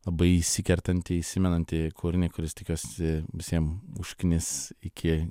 labai įsikertantį įsimenantį kūrinį kuris tikiuosi visiem užknis iki